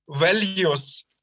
values